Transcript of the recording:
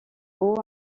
haut